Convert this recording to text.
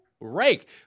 rake